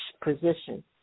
position